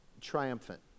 triumphant